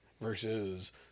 versus